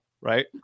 right